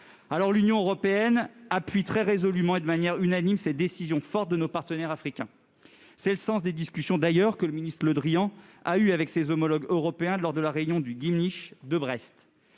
L'Union européenne appuie très résolument, et de manière unanime, ces décisions fortes de ses partenaires africains. C'est le sens des discussions que le ministre Jean-Yves Le Drian a eues avec ses homologues européens lors du Gymnich de Brest.